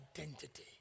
identity